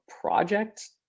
project